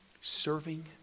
serving